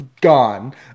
gone